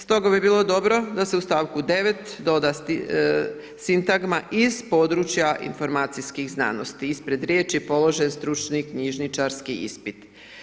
Stoga bi bilo dobro da se u stavku 9. doda sintagma iz područja informacijskih znanosti ispred riječi položen stručni knjižničarski ispit.